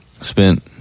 spent